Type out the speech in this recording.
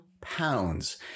pounds